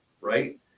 right